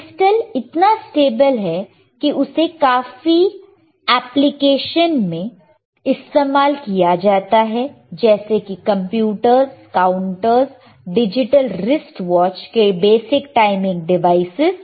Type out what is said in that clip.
crystal इतना stable है की उसे काफी एप्लीकेशन में इस्तेमाल किया जाता है जैसे कि computers counters digital wrist watch के बेसिक टाइमिंग डिवाइसस